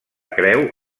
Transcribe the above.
creu